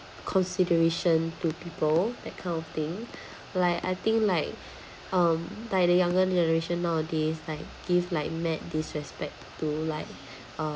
consideration to people that kind of thing like I think like um like the younger generation nowadays like give like mad disrespect to like uh